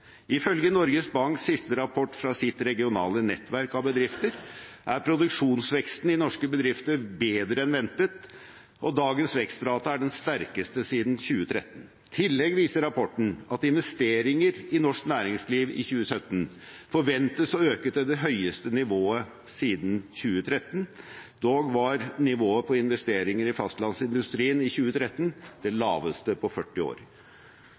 Ifølge Norges Banks siste rapport fra sitt regionale nettverk av bedrifter er produksjonsveksten i norske bedrifter bedre enn ventet, og dagens vekstrate er den sterkeste siden 2013. I tillegg viser rapporten at investeringer i norsk næringsliv i 2017 forventes å øke til det høyeste nivået siden 2013, da nivået på investeringene i fastlandsindustrien var det laveste på 40 år.